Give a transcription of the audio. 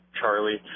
charlie